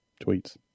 tweets